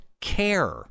care